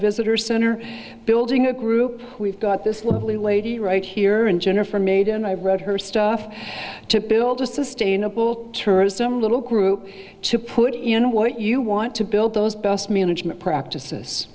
visitors center building a group we've got this lovely lady right here and jennifer made and i wrote her stuff to build a sustainable tourism little group to put in what you want to build those best management practices